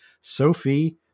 Sophie